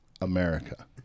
America